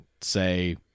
say